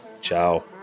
ciao